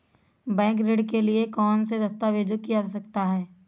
Bank ऋण के लिए कौन से दस्तावेजों की आवश्यकता है?